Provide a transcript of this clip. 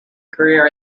career